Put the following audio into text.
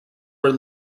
were